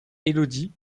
élodie